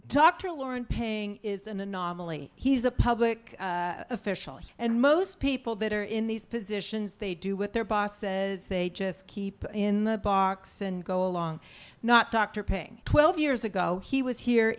dr lauren paying is an anomaly he's a public official and most people that are in these positions they do with their bosses they just keep in the box and go along not doctor paying twelve years ago he was here